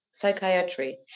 psychiatry